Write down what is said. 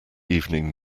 evening